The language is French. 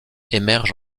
émerge